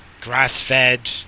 grass-fed